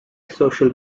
social